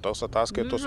tos ataskaitos